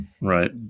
Right